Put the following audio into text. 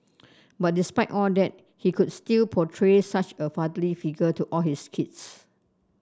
but despite all that he could still portray such a fatherly figure to all his kids